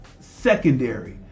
Secondary